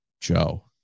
Joe